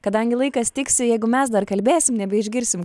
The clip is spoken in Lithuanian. kadangi laikas tiksi jeigu mes dar kalbėsim nebeišgirsim